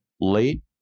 late